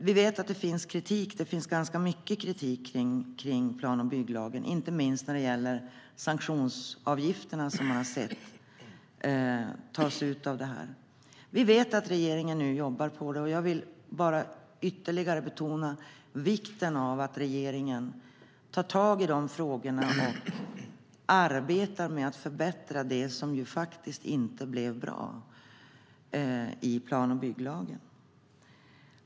Vi vet att det finns ganska mycket kritik mot plan och bygglagen, inte minst när det gäller de sanktionsavgifter vi har sett tas ut. Vi vet att regeringen nu jobbar på det, och jag vill bara ytterligare betona vikten av att regeringen tar tag i dessa frågor och arbetar med att förbättra det som inte blev bra i plan och bygglagen.